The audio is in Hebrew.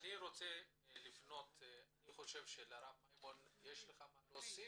אני רוצה לפנות לרב מימון, יש לך מה להוסיף?